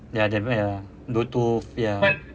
ya definitely ah bluetooth ya